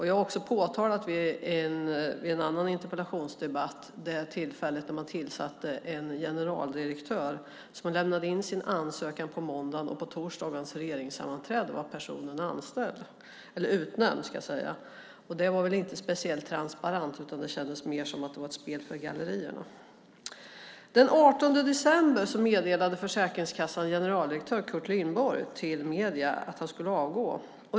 Jag har också i en annan interpellationsdebatt talat om det tillfälle då man tillsatte en generaldirektör, då personen lämnade in sin ansökan på måndagen, och på torsdagens regeringssammanträde var personen utnämnd. Det var väl inte speciellt transparent, utan det kändes mer som att det var ett spel för gallerierna. Den 18 december meddelade Försäkringskassans generaldirektör Curt Malmborg till medierna att han skulle avgå.